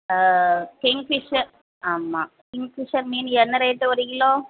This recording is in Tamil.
ஆ கிங்ஃபிஷ்ஷர் ஆமாம் கிங்ஃபிஷ்ஷர் மீன் என்ன ரேட்டு ஒரு கிலோ